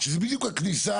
שזו בדיוק הכניסה.